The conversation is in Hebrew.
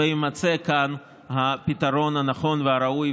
ויימצא כאן הפתרון הנכון והראוי,